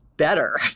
better